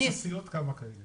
אני אשמח להגיד